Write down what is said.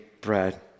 bread